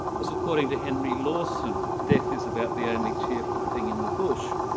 was according to henry lawson, death is about the only cheerful thing in the bush.